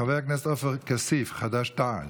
חבר הכנסת עופר כסיף, חד"ש-תע"ל,